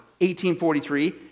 1843